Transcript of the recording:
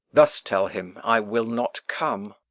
thus tell him i will not come.